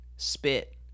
spit